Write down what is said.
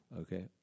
okay